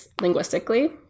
linguistically